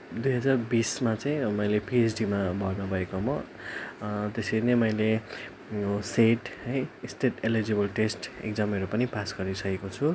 दुई हजार बिसमा चाहिँ मैले पिएचडीमा भर्ना भएको म त्यसरी नै मैले यो सेट है स्टेट एलिजिबल टेस्ट इकजामहरू पनि पास गरिसकेको छु